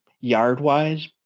yard-wise